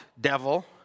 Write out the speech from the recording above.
devil